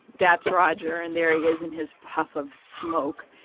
that's roger. and there he is in his puff of smoke.